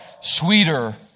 sweeter